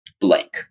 blank